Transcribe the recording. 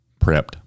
prepped